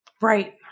Right